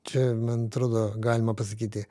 čia man atrodo galima pasakyti